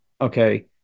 okay